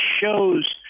shows